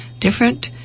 different